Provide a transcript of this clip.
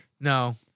No